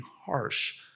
harsh